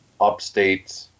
upstate